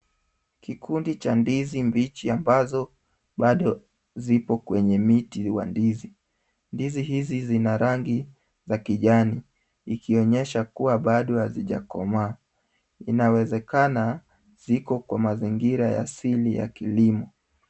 Kikundi cha ndizi mbichi ambazo bado ziko kwenye miti wa ndizi. Ndizi hizi zina rangi ya kijani, ikionyesha kuwa bado hazijakomaa, zinawezekana ziko kwa mazingira asili ya kilimo.